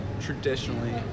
traditionally